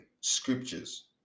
scriptures